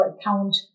account